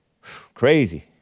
Crazy